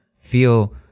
feel